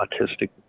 autistic